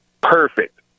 perfect